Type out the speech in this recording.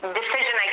decision